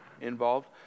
involved